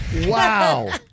Wow